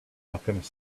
alchemist